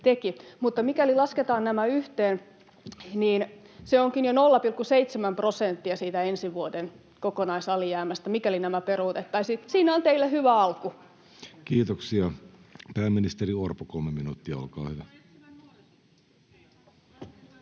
Mutta mikäli lasketaan nämä yhteen, niin se onkin jo 0,7 prosenttia siitä ensi vuoden kokonaisalijäämästä, mikäli nämä peruutettaisiin. Siinä on teille hyvä alku. [Speech 170] Speaker: Jussi Halla-aho